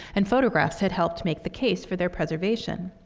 and photographs had helped make the case for their preservation.